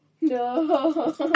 No